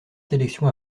sélection